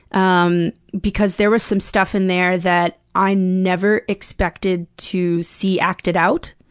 um because there was some stuff in there that i never expected to see acted out